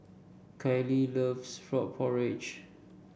Kalie loves Frog Porridge